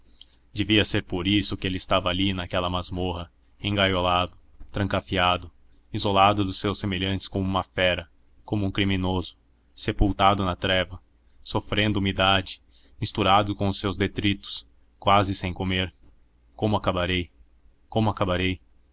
devia ser por isso que ele estava ali naquela masmorra engaiolado trancafiado isolado dos seus semelhantes como uma fera como um criminoso sepultado na treva sofrendo umidade misturado com os seus detritos quase sem comer como acabarei como acabarei